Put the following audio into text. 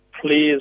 please